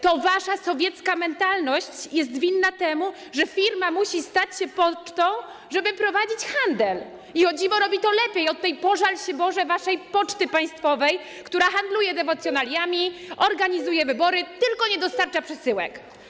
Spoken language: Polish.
To wasza sowiecka mentalność jest winna temu, że firma musi stać się pocztą, żeby prowadzić handel, i o dziwo robi to lepiej od tej pożal się Boże waszej poczty państwowej, która handluje dewocjonaliami, organizuje wybory, tylko nie dostarcza przesyłek.